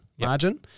margin